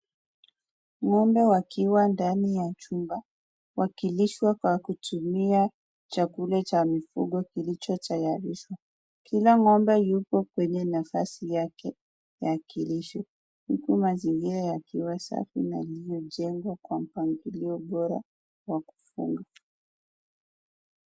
Ng'ombe wakiwa ndani ya chumba, wakilishwa kwa kutumia chakula cha mifugo kilicho tayarishwa. Kila ng'ombe yuko kwenye nafasi yake ya kulisho huku mazingira yakiwa safi na iliyojengwa kwa mpangilio bora wa kufunga.